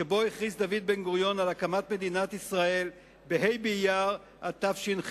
שבו הכריז דוד בן-גוריון על הקמת מדינת ישראל בה' באייר התש"ח,